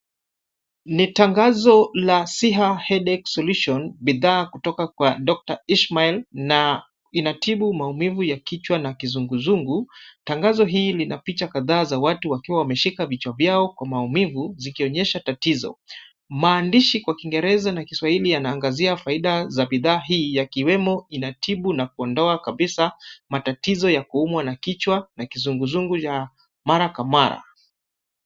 Ni tangazo la Siha Headache Solution bidhaa kutoka Doctor Ishmael na inatibu maumivu ya kichwa na kizunguzungu. Tangazo hii lina picha kadhaa za watu wakiwa wameshika vichwa vyao kwa maumivu zikionyesha tatizo. Maandishi kwa kiswahili na kiingereza yanaangazia bidhaa za faida hii ya ikiwemo inatibu na kuondoa kabisa matatizo ya kuumwa na kichwa na kizunguzungu ya mara kwa mara.